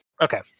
Okay